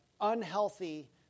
unhealthy